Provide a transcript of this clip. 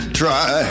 try